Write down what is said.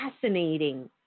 fascinating